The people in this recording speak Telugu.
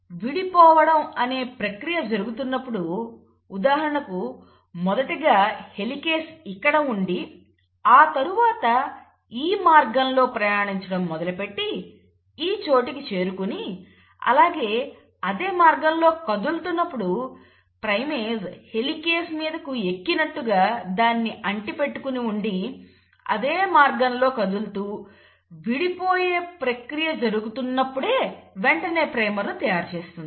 విడిపోవడం అనే ప్రక్రియ జరుగుతున్నప్పుడు ఉదాహరణకు మొదటిగా హెలికేస్ ఇక్కడ ఉండి ఆ తరువాత ఈ మార్గంలో ప్రయాణించడం మొదలుపెట్టి ఈ చోటుకు చేరుకొని అలాగే అదే మార్గంలో కదులుతున్నప్పుడు ప్రైమేస్ హెలికేస్ మీదకు ఎక్కి నట్టుగా దానిని అంటి పెట్టుకొని ఉండి అదే మార్గంలో కదులుతూ విడిపోయే ప్రక్రియ జరుగుతున్నప్పుడే వెంటనే ప్రైమర్ ను తయారు చేస్తుంది